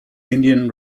indian